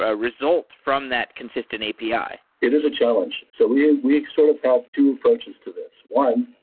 ah result from that consistent api it is a challenge. so we ah we sort of have two approaches to this. one,